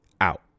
out